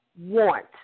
want